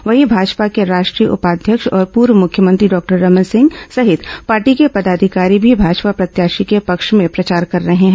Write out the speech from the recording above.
वहीं भाजपा के राष्ट्रीय उपाध्यक्ष और पूर्व मुख्यमंत्री डॉक्टर रमन सिंह सहित पार्टी के पदाधिकारी भी भाजपा प्रत्याशी के पक्ष में प्रचार कर रहे हैं